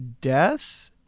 death